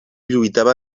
lluitava